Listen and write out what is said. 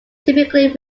typically